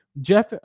Jeff